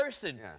person